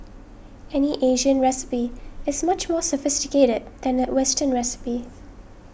any Asian recipe is much more sophisticated than a western recipe